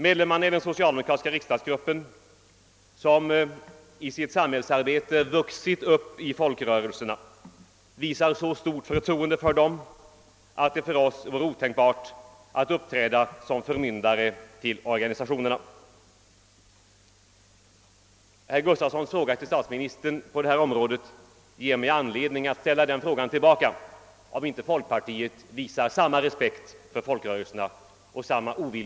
Medlemmarna i den socialdemokratiska riksdagsgruppen, som i sitt samhällsarbete vuxit upp i folkrörelserna, visar så stort förtroende för dem att det för oss vore otänkbart att uppträda som förmyndare för organisationerna. Herr Gustafsons fråga till statsministern på detta område ger mig anledning att ställa frågan till herr Gustafson om inte folkpartiet visar samma respekt för folkrörelserna.